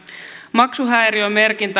maksuhäiriömerkintä